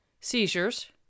seizures